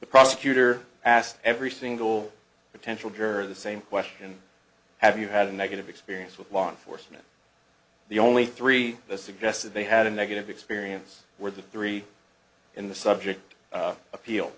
the prosecutor asked every single potential juror the same question have you had a negative experience with law enforcement the only three this suggests that they had a negative experience where the three in the subject